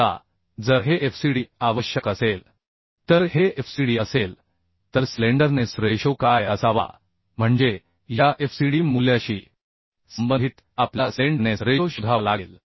आता जर हे fcd आवश्यक असेल तर हे fcd असेल तर स्लेंडरनेस रेशो काय असावा म्हणजे या fcd मूल्याशी संबंधित आपल्याला स्लेंडरनेस रेशो शोधावा लागेल